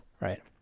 right